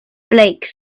flakes